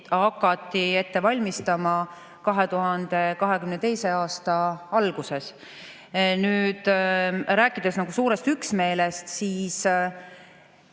hakati ette valmistama 2022. aasta alguses. Rääkides suurest üksmeelest, siis